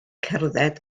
cerdded